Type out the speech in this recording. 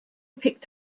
picked